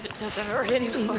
doesn't hurt anymore!